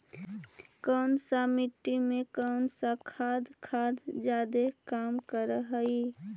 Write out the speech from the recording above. कौन सा मिट्टी मे कौन सा खाद खाद जादे काम कर हाइय?